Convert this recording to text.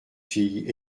fille